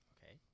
Okay